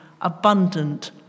abundant